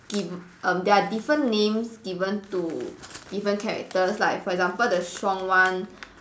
um they are different names given to different characters like for example the strong one